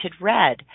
red